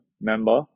member